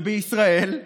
ובישראל,